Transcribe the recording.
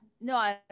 No